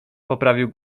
poprawił